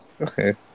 Okay